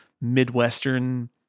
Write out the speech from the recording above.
Midwestern